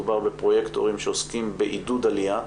מדובר בפרוייקטורים שעוסקים בעידוד עלייה,